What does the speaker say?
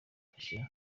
guhashya